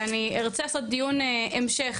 ואני ארצה לעשות דיון המשך